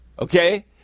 Okay